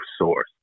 source